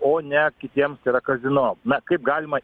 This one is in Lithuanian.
o ne kitiems tai yra kazino na kaip galima